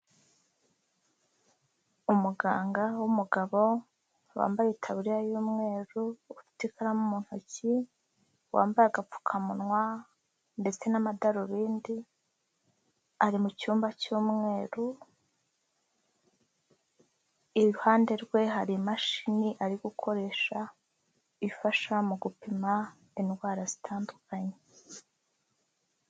Umuganga w'umugabo wambaye itaburiya y'umweru ufite ikaramu mu ntoki wambaye agapfukamunwa, ndetse n'amadarubindi ari mucyumba cy'umweru, iruhande rwe hari imashini ari gukoresha ifasha mu gupima indwara zitandukanye.